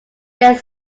yet